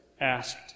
asked